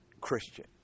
Christian